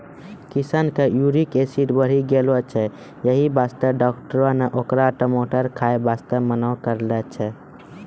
किशन के uric acid बढ़ी गेलो छै यही वास्तॅ डाक्टर नॅ होकरा टमाटर खाय वास्तॅ मना करनॅ छै